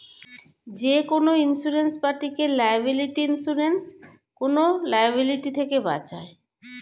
যেকোনো ইন্সুরেন্স পার্টিকে liability insurance কোন লায়াবিলিটি থেকে বাঁচায়